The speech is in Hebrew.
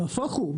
ונהפוך הוא,